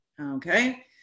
okay